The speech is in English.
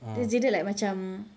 just jaded like macam